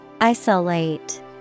Isolate